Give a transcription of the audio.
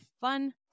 fun